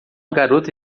garota